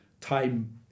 time